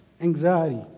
anxiety